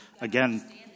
again